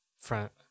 front